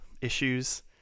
issues